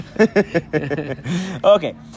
Okay